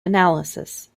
analysis